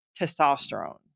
testosterone